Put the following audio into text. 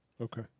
Okay